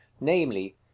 namely